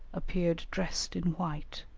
appeared dressed in white,